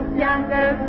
Younger